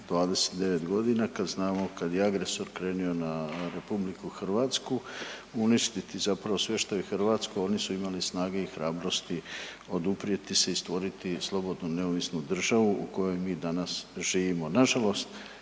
29.g. kad znamo kad je agresor krenio na RH uništiti zapravo sve što je hrvatsko, oni su imali snage i hrabrosti i stvoriti slobodnu neovisnu državu u kojoj mi danas živimo.